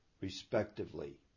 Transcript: respectively